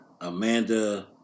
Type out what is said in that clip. Amanda